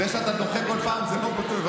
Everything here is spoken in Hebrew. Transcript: זה שאתה דוחה כל פעם, זה לא מבטל.